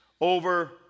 over